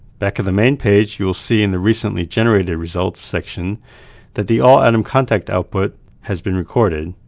back at the main page, you will see in the recently generated results section that the all-atom contacts output has been recorded,